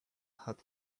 had